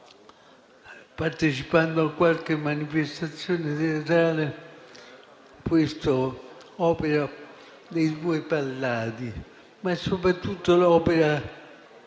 partecipando a qualche manifestazione di Natale, questa opera dei due Palladio. Ma è soprattutto l'opera